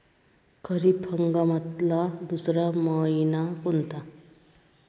खरीप हंगामातला दुसरा मइना कोनता?